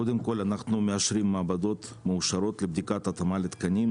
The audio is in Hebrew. קודם כל אנחנו מאשרים מעבדות מאושרות לבדיקת התאמה לתקנים.